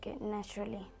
naturally